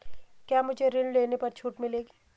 क्या मुझे ऋण लेने पर छूट मिलेगी?